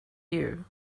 you